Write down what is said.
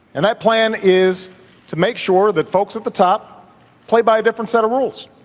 and that plan is to make sure that folks at the top play by a different set of rules.